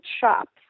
shops